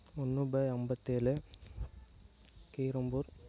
ஒன்னு பை அம்பத்தேழு கீரம்பூர்